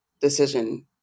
decision